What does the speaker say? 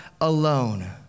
alone